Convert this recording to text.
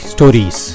Stories